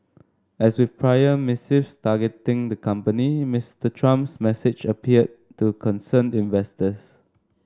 as with prior missives targeting the company Mister Trump's message appeared to concern investors